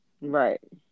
right